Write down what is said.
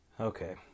Okay